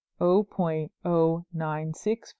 0.096